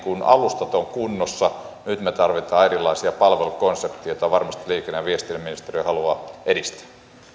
alustat ovat kunnossa nyt me tarvitsemme erilaisia palvelukonsepteja joita varmasti liikenne ja viestintäministeriö haluaa edistää